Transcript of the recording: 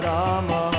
Rama